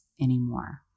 anymore